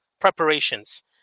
preparations